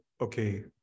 okay